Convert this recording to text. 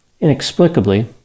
Inexplicably